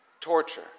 torture